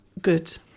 good